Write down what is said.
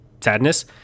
sadness